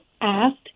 asked